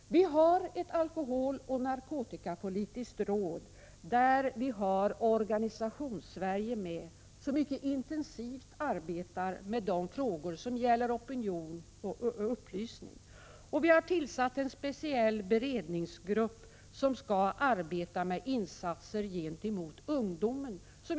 Vi har ett alkoholoch narkotikapolitiskt råd, där Organisationssverige är med. I detta råd arbetar man mycket intensivt med de frågor som gäller opinion och upplysning. Vi har tillsatt en speciell beredningsgrupp som skall arbeta med insatser gentemot ungdomen.